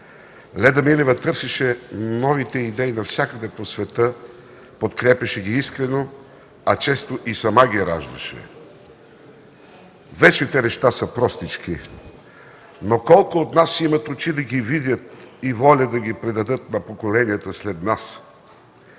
Леда Милева търсеше новите идеи навсякъде по света, подкрепяше ги искрено, а често и сама ги раждаше. Вечните неща са простички, но колко от нас имат очи да ги видят и воля да ги предадат на поколенията след нас?!